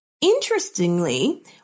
Interestingly